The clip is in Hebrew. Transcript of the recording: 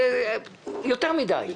זה יותר מדי.